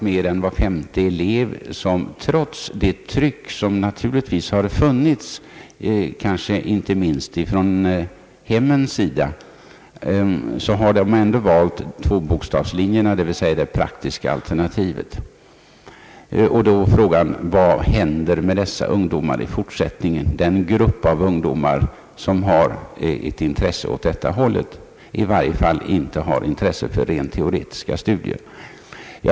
Mer än var femte elev har trots det tryck som naturligtvis har funnits, inte minst från hemmen, valt tvåbokstavslinjerna, dvs. det praktiska alternativet. Frågan är då vad som händer i fortsättningen med den grupp av ungdomar som har intresse åt detta håll och som i varje fall inte har intresse för rent teoretiska studier.